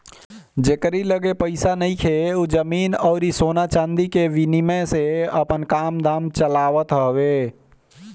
जेकरी लगे पईसा नइखे उ जमीन अउरी सोना चांदी के विनिमय से आपन काम धाम चलावत हवे